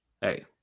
hey